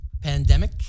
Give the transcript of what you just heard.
Pandemic